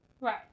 Right